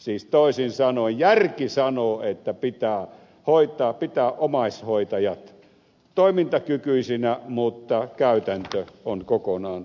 siis toisin sanoen järki sanoo että pitää hoitaa pitää omaishoitajat toimintakykyisinä mutta käytäntö on kokonaan toista